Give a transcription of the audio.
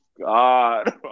God